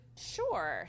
Sure